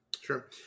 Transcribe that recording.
Sure